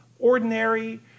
Ordinary